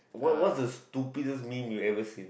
what what's the stupidest meme you ever seen